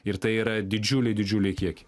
ir tai yra didžiuliai didžiuliai kiekiai